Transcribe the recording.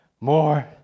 more